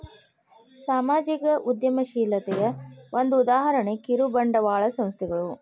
ಸಾಮಾಜಿಕ ಉದ್ಯಮಶೇಲತೆಯ ಒಂದ ಉದಾಹರಣೆ ಕಿರುಬಂಡವಾಳ ಸಂಸ್ಥೆಗಳು